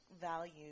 value